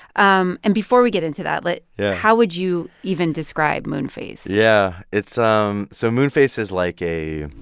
um and before we get into that, but yeah how would you even describe moonface? yeah. it's um so moonface is like a